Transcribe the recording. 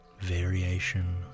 variation